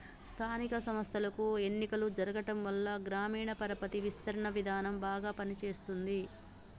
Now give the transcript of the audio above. స్థానిక సంస్థలకు ఎన్నికలు జరగటంవల్ల గ్రామీణ పరపతి విస్తరణ విధానం బాగా పని చేస్తుంది